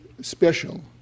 special